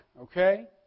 okay